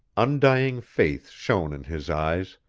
undying faith shone in his eyes,